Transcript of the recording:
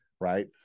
right